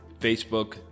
Facebook